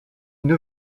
une